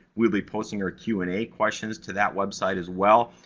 we'll be posting your q and a questions to that website as well,